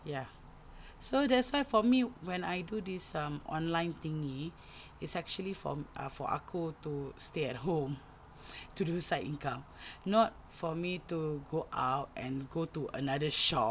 ya so that's why for me when I do this um online thingy it's actually for for aku to stay at home to do side income not for me to go out and go to another shop